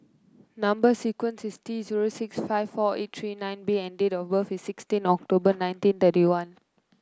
number sequence is T zero six five four eight three nine B and date of birth is sixteen October nineteen thirty one